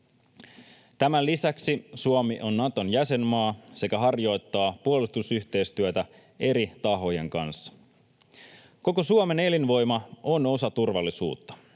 Tämän lisäksi Suomi on Naton jäsenmaa sekä harjoittaa puolustusyhteistyötä eri tahojen kanssa. Koko Suomen elinvoima on osa turvallisuutta.